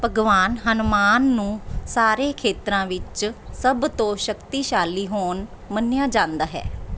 ਭਗਵਾਨ ਹਨੂੰਮਾਨ ਨੂੰ ਸਾਰੇ ਖੇਤਰਾਂ ਵਿੱਚ ਸਭ ਤੋਂ ਸ਼ਕਤੀਸ਼ਾਲੀ ਹੋਨ ਮੰਨਿਆ ਜਾਂਦਾ ਹੈ